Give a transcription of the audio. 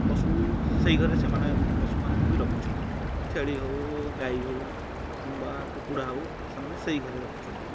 ପଶୁ ସେହି ଘରେ ସେମାନେ ପଶୁମାନଙ୍କୁ ବି ରଖୁଛନ୍ତି ଛେଳି ହେଉ ଗାଈ ହେଉ କିମ୍ବା କୁକୁଡ଼ା ହେଉ ସେମାନେ ସେହି ଘରେ ରଖୁଛନ୍ତି